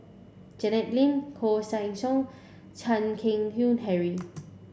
Janet Lim Koeh Sia Yong Chan Keng Howe Harry